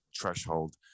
threshold